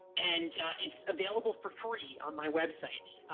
and it's available for free on my website.